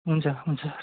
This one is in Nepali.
हुन्छ हुन्छ